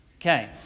okay